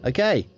Okay